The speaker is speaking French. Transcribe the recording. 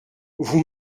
vous